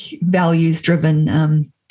values-driven